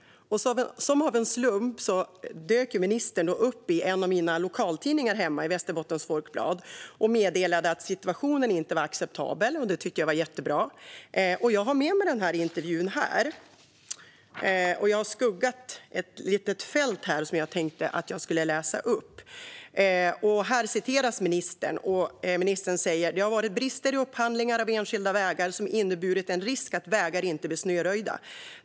Som av en slump dök så ministern upp i en av mina lokaltidningar, Västerbottens Folkblad, och meddelade att situationen inte var acceptabel. Det tycker jag var jättebra. Jag har med mig den intervjun, och jag har skuggat ett litet fält som jag tänkte att jag skulle läsa upp. Så här säger ministern: Det har varit brister i upphandlingar av enskilda vägar som inneburit en risk att vägar inte blir snöröjda.